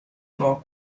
clock